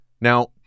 Now